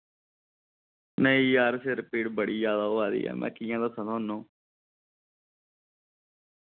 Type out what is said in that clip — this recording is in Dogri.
नेईं यार सिर पीड़ बड़ी जैदा होआ दी ऐ मैं कि'यां दस्सां थुहानू